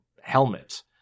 helmet